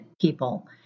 people